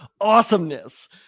awesomeness